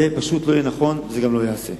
זה פשוט לא יהיה נכון ולא ייעשה.